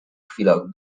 chwilach